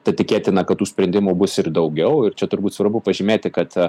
tad tikėtina kad tų sprendimų bus ir daugiau ir čia turbūt svarbu pažymėti kad